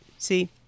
See